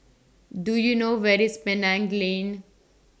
Do YOU know Where IS Penang Lane